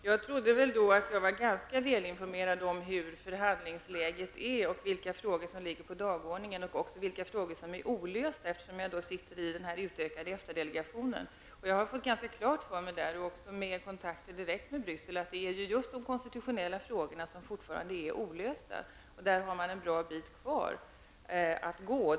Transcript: Herr talman! Jag trodde att jag var ganska väl informerad om förhandlingsläget, om vilka frågor som finns på dagordningen och om vilka frågor som är olösta, eftersom jag sitter i den utökade EFTA delegationen. Jag har där fått ganska klart för mig, också genom kontakter direkt med Bryssel, att de konstitutionella frågorna fortfarande är olösta. Där har man en bra bit kvar att gå.